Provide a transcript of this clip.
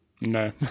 no